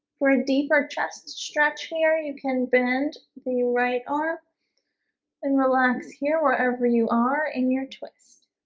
for a deeper chest stretch here you can bend the right arm and relax here wherever you are in your twist